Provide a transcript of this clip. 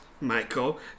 Michael